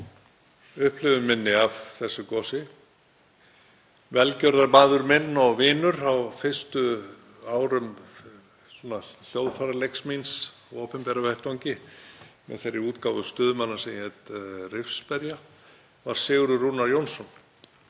upplifun minni af þessu gosi. Velgjörðarmaður minn og vinur frá fyrstu árum hljóðfæraleiks míns á opinberum vettvangi með þeirri útgáfu Stuðmanna sem hét Rifsberja, var Sigurður Rúnar Jónsson,